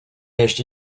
ještě